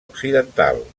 occidental